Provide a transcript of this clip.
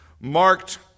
marked